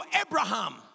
Abraham